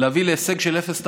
להביא להישג של אפס תחלואה,